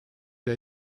der